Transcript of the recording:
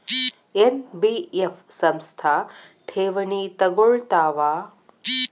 NBF ಸಂಸ್ಥಾ ಠೇವಣಿ ತಗೋಳ್ತಾವಾ?